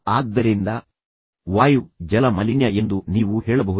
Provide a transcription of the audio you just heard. ಆದ್ದರಿಂದ ವಾಯು ಜಲ ಮಾಲಿನ್ಯ ಎಂದು ನೀವು ಹೇಳಬಹುದು